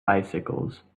bicycles